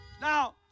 Now